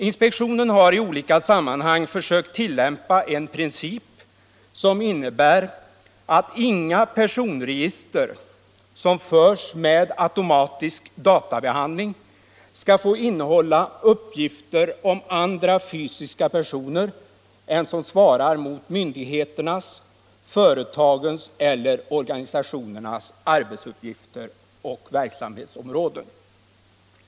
Inspektionen har i olika sammanhang försökt tillämpa en princip som innebär att inga personregister som förs med automatisk databehandling skall få innehålla uppgifter om andra fysiska personer än vad som svarar mot myndigheternas, företagens eller organisationernas arbetsuppgifter och verksamhetsområden.